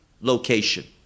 location